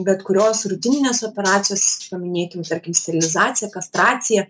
bet kurios rutininės operacijos paminėkim tarkim sterilizaciją kastraciją